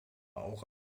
auch